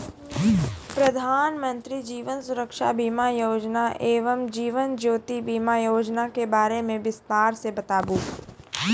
प्रधान मंत्री जीवन सुरक्षा बीमा योजना एवं जीवन ज्योति बीमा योजना के बारे मे बिसतार से बताबू?